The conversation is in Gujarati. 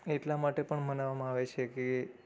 એટલા માટે પણ મનાવામાં આવે છે કે એ